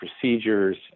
procedures